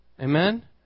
Amen